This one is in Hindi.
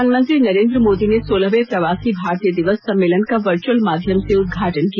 प्रधानमंत्री नरेंद्र मोदी ने सोलहवें प्रवासी भारतीय दिवस सम्मेलन का वर्चुअल माध्यम से उद्घाटन किया